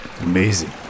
Amazing